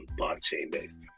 blockchain-based